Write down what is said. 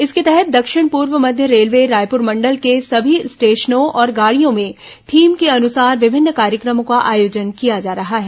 इसके तहत दक्षिण पूर्व मध्य रेलवे रायपुर मंडल के सभी स्टेशनों और गाड़ियों में थीम के अनुसार विभिन्न कार्यक्रमों का आयोजन किया जा रहा है